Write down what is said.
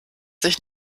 sich